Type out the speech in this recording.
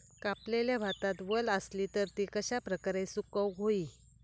कापलेल्या भातात वल आसली तर ती कश्या प्रकारे सुकौक होई?